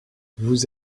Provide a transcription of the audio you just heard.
vous